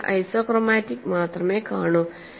നിങ്ങൾ ഐസോക്രോമാറ്റിക് മാത്രമേ കാണൂ